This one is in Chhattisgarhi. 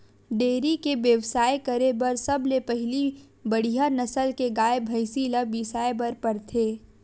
डेयरी के बेवसाय करे बर सबले पहिली बड़िहा नसल के गाय, भइसी ल बिसाए बर परथे